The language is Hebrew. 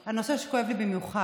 על נושא שכואב לי במיוחד.